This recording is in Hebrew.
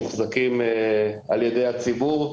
מוחזקים על ידי הציבור,